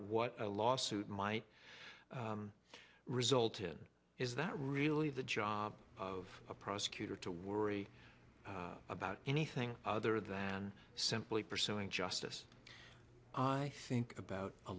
what a lawsuit might result in is that really the job of a prosecutor to worry about anything other than simply pursuing justice i think about a